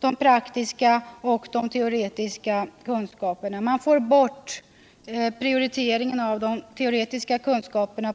de praktiska och de teoretiska kunskaperna; man får på det viset bort prioriteringen av de teoretiska kunskaperna.